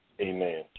Amen